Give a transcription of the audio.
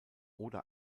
oder